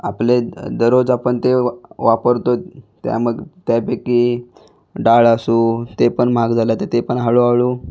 आपले दरोज आपण ते वापरतो त्यामग त्यापैकी डाळ असू तेपण महाग झालं आता तेपण हाळूहाळू